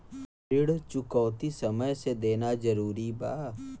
ऋण चुकौती समय से देना जरूरी बा?